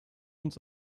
uns